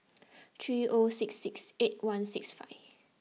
three O six six eight one six five